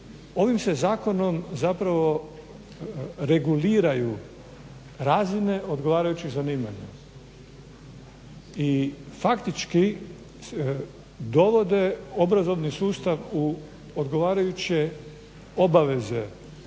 Ovim se zakonom zapravo reguliraju razine odgovarajućih zanimanja i faktički dovode obrazovni sustav u odgovarajuće obaveze